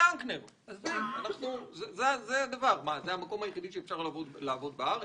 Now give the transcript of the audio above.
זה המקום היחידי שאפשר לעבוד בארץ?